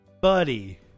Buddy